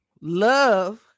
love